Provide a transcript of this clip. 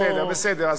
הוא מאזין לי.